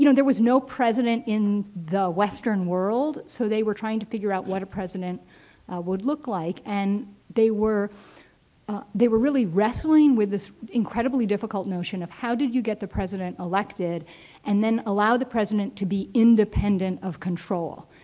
you know there was no president in the western world so they were trying to figure out what a president would look like and they were they were really wrestling with this incredibly difficult notion of how did you get the president elected and then allow the president to be independent of control.